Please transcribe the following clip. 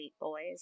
boys